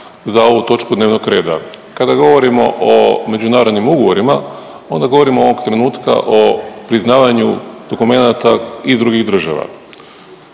za ovu točku dnevnog reda. Kada govorimo o međunarodnim ugovorima onda govorimo ovog trenutka o priznavanju dokumenata iz drugih država.